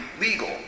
legal